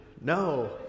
No